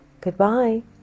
Goodbye